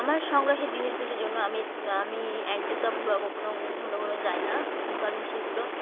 আমার সংগ্রহের জিনিসগুলির জন্য আমি আমি অ্যান্টিসব বা কখনও ঘন ঘন যাই না কারণ সেগুলো